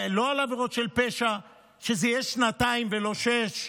לא על עבירות של פשע, שזה יהיה שנתיים ולא שש.